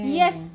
yes